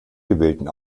gewählten